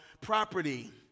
property